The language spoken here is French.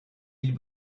îles